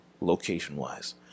Location-wise